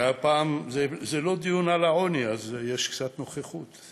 זה לא דיון על העוני, אז יש קצת נוכחות.